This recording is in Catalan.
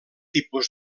tipus